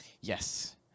Yes